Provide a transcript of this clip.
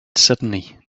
suddenly